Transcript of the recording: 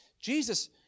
Jesus